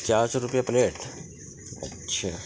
چار سو روپیے پلیٹ اچھا